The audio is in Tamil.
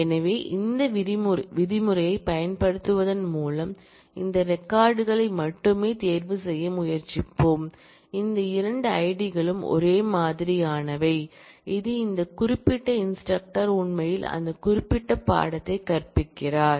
எனவே இந்த விதிமுறையைப் பயன்படுத்துவதன் மூலம் அந்த ரெக்கார்ட் களை மட்டுமே தேர்வு செய்ய முயற்சிப்போம் இந்த 2 ஐடிகளும் ஒரே மாதிரியானவை இது இந்த குறிப்பிட்ட இன்ஸ்டிரக்டர் உண்மையில் அந்த குறிப்பிட்ட பாடத்தை கற்பிக்கிறார்